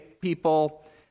people